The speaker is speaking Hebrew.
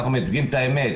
אנחנו מייצגים את האמת.